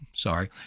sorry